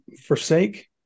Forsake